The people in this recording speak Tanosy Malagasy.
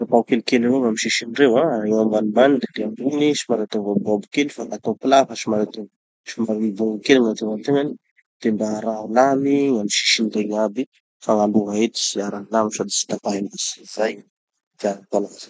Tapaho kelikely avao amy sisiny reo an. Ahivo ambanimbany gn'ety ambony, somary ataovo aboabo kely fa ka atao plat fa somary ataovo somary abo kely gn'ategnategnany de mba araho lamy gn'amy sisiny regny aby fa gn'aloha eto tsy arahy lamy sady tsy tapahy mihitsy. Zay gny tiako anazy.